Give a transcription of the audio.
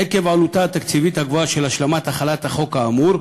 עקב העלות התקציבית הגבוהה של השלמת החלת החוק האמור,